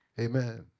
Amen